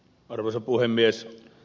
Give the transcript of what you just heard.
arvoisa puhemies